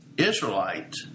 Israelite